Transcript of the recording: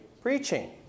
preaching